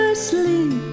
asleep